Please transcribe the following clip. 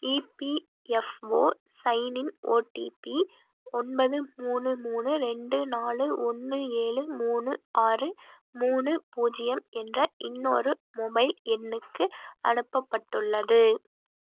EPFO sign in OTP ஒன்பது மூணு மூணு ரெண்டு நாலு ஒன்று ஏழு மூணு ஆறு மூணு பூஜ்யம் என்ற இன்னொரு மொபைல் எண்ணுக்கு அனுப்பப்பட்டுள்ளது